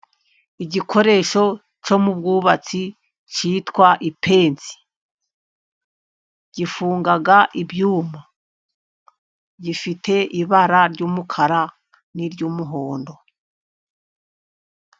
Igikoresho cyo mu bwubatsi cyitwa ipenzi. Gifunga ibyuma. Gifite ibara ry'umukara n'iry'umuhondo.